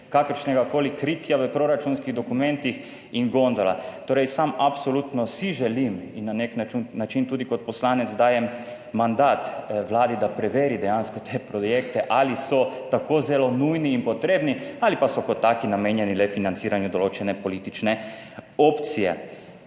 kakršnegakoli kritja v proračunskih dokumentih in gondola. Torej, sam absolutno si želim in na nek način tudi kot poslanec dajem mandat Vladi, da preveri dejansko te projekte, ali so tako zelo nujni in potrebni, ali pa so kot taki namenjeni le financiranju določene politične opcije.